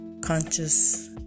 conscious